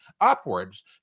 upwards